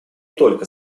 только